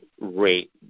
rate